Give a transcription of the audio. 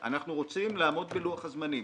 אנחנו פותחים רוויזיה על חוק העגורנאים